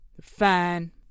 Fine